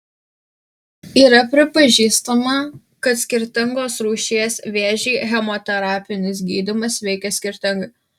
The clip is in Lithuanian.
yra pripažįstama kad skirtingos rūšies vėžį chemoterapinis gydymas veikia skirtingai